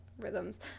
Rhythms